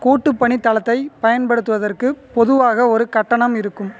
கூட்டுப்பணித்தளத்தைப் பயன்படுத்துவதற்கு பொதுவாக ஒரு கட்டணம் இருக்கும்